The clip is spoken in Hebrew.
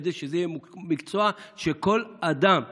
כדי שזה יהיה מקצוע שכל אדם ירצה.